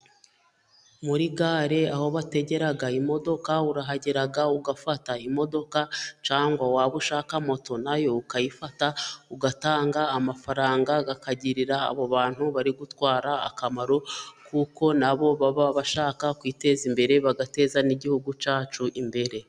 Muri gare aho bategera imodoka urahagera ugafata imodoka cyangwa waba ushaka moto nayo ukayifata , ugatanga amafaranga ,akagirira abo bantu bari gutwara akamaro, kuko nabo baba bashaka kwiteza imbere , bagateza n'igihugu cyacu imbere.